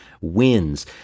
wins